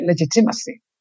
legitimacy